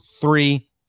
three